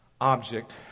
object